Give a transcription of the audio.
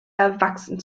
erwachsen